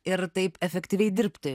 ir taip efektyviai dirbti